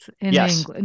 yes